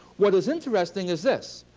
what is interesting is this,